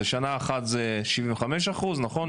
בשנה אחת זה 75%, נכון?